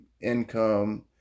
income